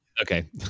Okay